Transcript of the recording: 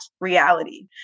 reality